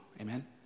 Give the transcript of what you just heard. Amen